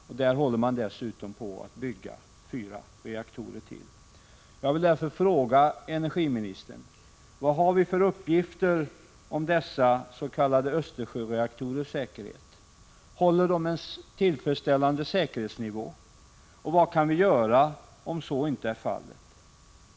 I Greifswald håller man dessutom på att bygga fyra reaktorer till. Jag vill därför fråga energiministern: Vad har vi för uppgifter om dessa s.k. Östersjöreaktorers säkerhet? Håller de en tillfredsställande säkerhetsnivå? Vad kan vi göra, om så inte är fallet?